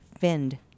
fend